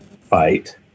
fight